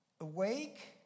awake